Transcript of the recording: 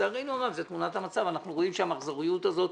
לצערנו הרב זאת תמונת המצב ואנחנו רואים את המחזוריות הזאת.